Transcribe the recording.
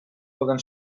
poden